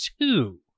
two